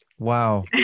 Wow